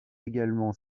également